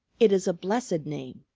it is a blessed name,